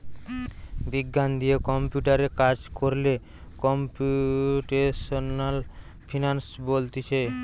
বিজ্ঞান দিয়ে কম্পিউটারে কাজ কোরলে কম্পিউটেশনাল ফিনান্স বলতিছে